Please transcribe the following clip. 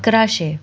अकराशे